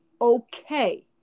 okay